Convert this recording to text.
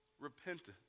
Repentance